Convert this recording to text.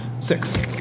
Six